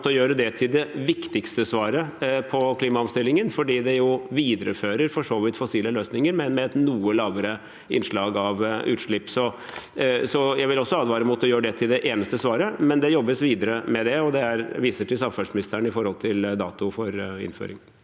å gjøre det til det viktigste svaret på klimaomstillingen, for det viderefører for så vidt fossile løsninger, men med noe lavere utslipp. Så jeg vil advare mot å gjøre det til det eneste svaret, men det jobbes videre med det. Jeg vil henvise til samferdselsministeren når det gjelder dato for innføring.